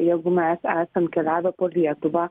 jeigu mes esam keliavę po lietuvą